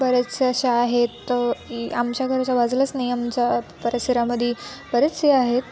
बरेचसे अशा आहेत त की आमच्या घराच्या बाजूलाच नाही आमच्या परिसरामध्ये बरेचशी आहेत